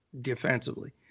defensively